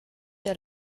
der